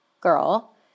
girl